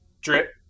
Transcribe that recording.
drip